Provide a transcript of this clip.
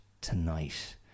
tonight